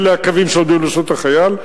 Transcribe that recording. אלה הקווים שעומדים לרשות החייל.